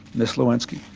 miss lewinsky.